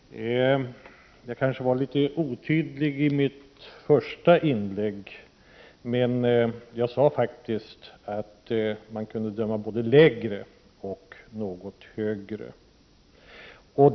Jag kanske var litet otydlig i mitt första inlägg, men jag sade faktiskt att man kunde döma både lägre och något högre.